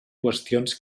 qüestions